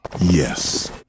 Yes